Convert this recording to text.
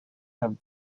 have